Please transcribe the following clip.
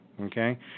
okay